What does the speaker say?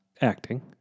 Acting